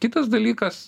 kitas dalykas